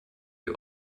die